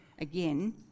again